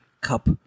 cup